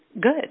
good